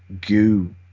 goo